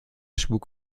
spuk